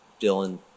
Dylan